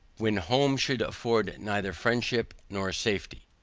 when home should afford neither friendship nor safety.